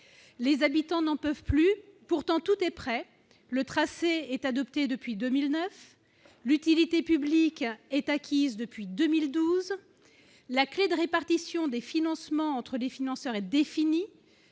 Les habitants n'en peuvent plus ! Pourtant, tout est prêt. Le tracé est adopté depuis 2009, l'utilité publique est acquise depuis 2012 et la clé de répartition des financements entre les financeurs est définie.